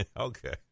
Okay